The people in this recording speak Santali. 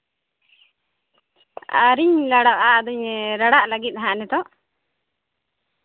ᱟᱣᱨᱤᱧ ᱞᱟᱲᱟᱜᱼᱟ ᱟᱫᱚᱧ ᱞᱟᱲᱟᱜ ᱞᱟᱹᱜᱤᱫ ᱦᱟᱸᱜ ᱱᱤᱛᱳᱜ